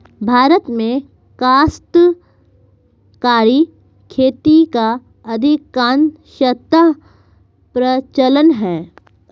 भारत में काश्तकारी खेती का अधिकांशतः प्रचलन है